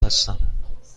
هستم